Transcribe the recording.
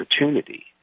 opportunity